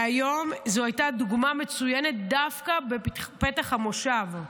היום זאת הייתה דוגמה מצוינת, דווקא בפתח המושב,